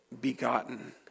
begotten